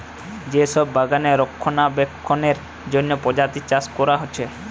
যে সব বাগানে রক্ষণাবেক্ষণের জন্যে প্রজাপতি চাষ কোরা হচ্ছে